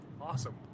Awesome